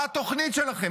מה התוכנית שלכם?